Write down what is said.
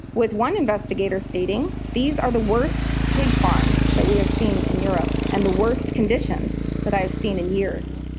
with one investigator stating, these are the worst pig farms that we have seen in europe, and the worst conditions that i have seen in years,